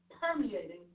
permeating